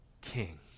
king